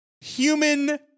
human